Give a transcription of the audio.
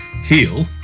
Heal